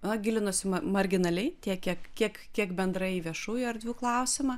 na gilinuosi ma mariginaliai tiek kiek kiek kiek bendrai į viešųjų erdvių klausimą